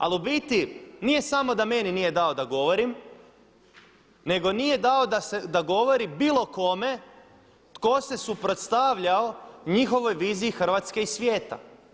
Ali u biti nije samo da meni nije dao da govorim nego nije dao da govori bilo kome tko se suprotstavljao njihovoj viziji Hrvatske i svijeta.